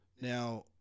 now